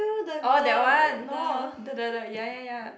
oh that one no the the the ya ya ya